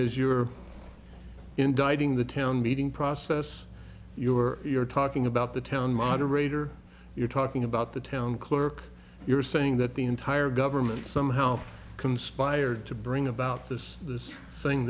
is you're indicting the town meeting process you're you're talking about the town moderator you're talking about the town clerk you're saying that the entire government somehow conspired to bring about this this thing